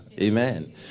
Amen